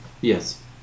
yes